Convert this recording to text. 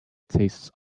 tastes